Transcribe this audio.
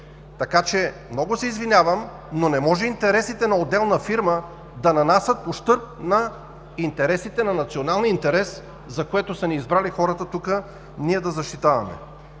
Така че много се извинявам, но не може интересите на отделна фирма да нанасят ущърб на интересите на националния интерес, за което са ни избрали хората тук да защитаваме,